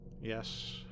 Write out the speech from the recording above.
Yes